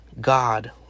God